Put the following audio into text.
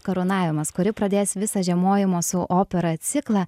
karūnavimas kuri pradės visą žiemojimo su opera ciklą